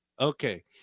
Okay